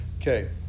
okay